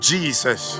Jesus